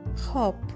hop